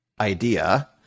idea